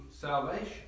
salvation